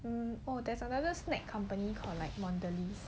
um oh there's another snack company called like mondelez